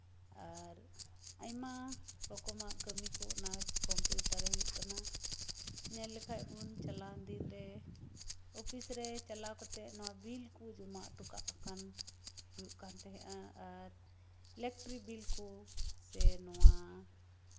ᱟᱨ ᱟᱭᱢᱟ ᱨᱚᱠᱚᱢᱟᱜ ᱠᱟᱢᱤ ᱠᱚ ᱚᱱᱟ ᱠᱚᱢᱯᱤᱭᱩᱴᱟᱨ ᱨᱮ ᱦᱩᱭᱩᱜ ᱠᱟᱱᱟ ᱧᱮᱞ ᱞᱮᱠᱷᱟᱡ ᱵᱚᱱ ᱪᱟᱞᱟᱣᱮᱱ ᱫᱤᱱ ᱨᱮ ᱚᱯᱷᱤᱥ ᱨᱮ ᱪᱟᱞᱟᱣ ᱠᱟᱛᱮ ᱱᱚᱣᱟ ᱵᱤᱞ ᱠᱚ ᱡᱚᱢᱟ ᱦᱚᱴᱚ ᱠᱟᱜ ᱦᱩᱭᱩᱜ ᱠᱟᱱ ᱛᱟᱦᱮᱸ ᱠᱟᱱᱟ ᱟᱨ ᱤᱞᱮᱠᱴᱨᱤ ᱵᱤᱞ ᱠᱚ ᱥᱮ ᱱᱚᱣᱟ